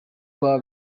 twa